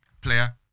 player